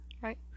right